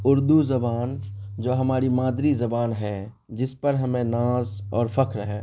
اردو زبان جو ہماری مادری زبان ہے جس پر ہمیں ناز اور فخر ہے